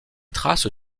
traces